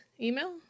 email